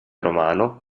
romano